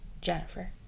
Jennifer